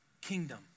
kingdom